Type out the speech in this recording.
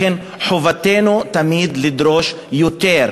לכן חובתנו תמיד לדרוש יותר,